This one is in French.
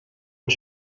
ont